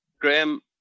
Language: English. Graham